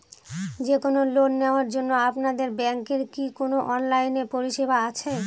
যে কোন লোন নেওয়ার জন্য আপনাদের ব্যাঙ্কের কি কোন অনলাইনে পরিষেবা আছে?